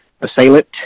assailant